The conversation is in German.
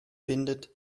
bindet